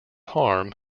harm